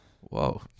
Whoa